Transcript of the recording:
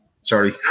Sorry